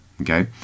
okay